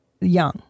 Young